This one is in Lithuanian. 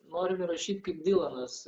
norim įrašyt kaip dylanas